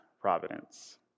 providence